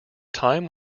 time